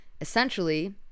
essentially